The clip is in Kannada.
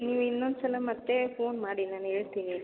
ನೀವು ಇನ್ನೊಂದು ಸಲ ಮತ್ತೆ ಫೋನ್ ಮಾಡಿ ನಾನು ಹೇಳ್ತೀನಿ